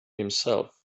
himself